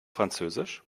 französisch